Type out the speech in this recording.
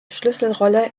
schlüsselrolle